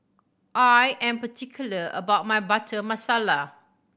I am particular about my Butter Masala